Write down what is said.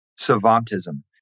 savantism